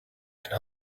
can